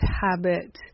habit